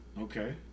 Okay